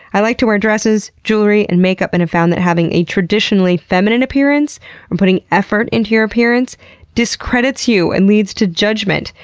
i like to wear dresses, jewelry, and makeup, and i found that having a traditionally feminine appearance and putting effort into your appearance discredits you and leads to judgement.